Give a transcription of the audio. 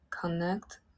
connect